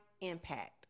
impact